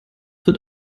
wird